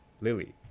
Lily